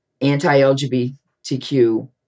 anti-LGBTQ